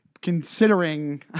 considering